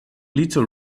little